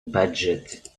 budget